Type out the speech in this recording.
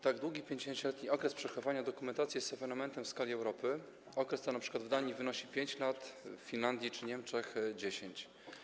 Tak długi, 50-letni okres przechowania dokumentacji jest ewenementem w skali Europy, okres ten np. w Danii wynosi 5 lat, w Finlandii czy Niemczech - 10.